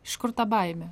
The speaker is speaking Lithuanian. iš kur ta baimė